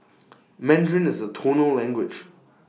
Mandarin is A tonal language